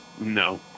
no